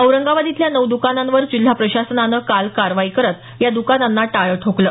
औरंगाबाद इथल्या नऊ दुकानांवर जिल्हा प्रशासनानं काल कारवाई करत या दुकानांना टाळं ठोकलं